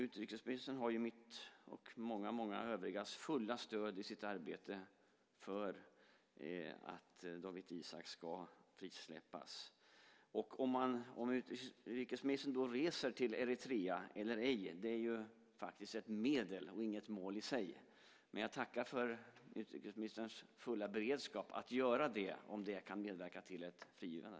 Utrikesministern har mitt och många, många övrigas fulla stöd i sitt arbete för att Dawit Isaak ska frisläppas. Om utrikesministern reser till Eritrea är det faktiskt ett medel och inget mål i sig, men jag tackar för utrikesministerns fulla beredskap att göra det om det kan medverka till ett frigivande.